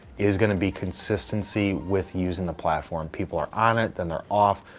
is going to be consistency with using the platform. people are on it, then they're off.